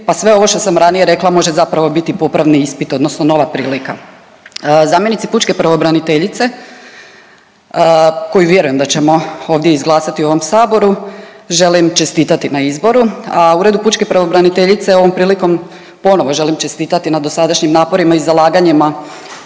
pa sve ovo što sam ranije rekla može zapravo biti popravni ispit odnosno nova prilika. Zamjenici pučke pravobraniteljice koju vjerujem da ćemo ovdje izglasati u ovom saboru želim čestitati na izboru, a Uredu pučke pravobraniteljice ovom prilikom ponovo želim čestitati na dosadašnjim naporima i zalaganjima